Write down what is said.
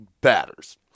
batters